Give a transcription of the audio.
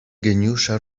geniusza